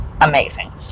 amazing